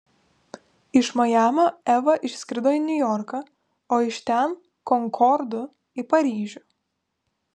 iš majamio eva išskrido į niujorką o iš ten konkordu į paryžių